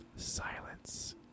silence